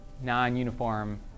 non-uniform